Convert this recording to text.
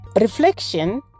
Reflection